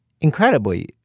Incredibly